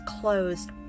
closed